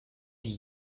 die